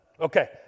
Okay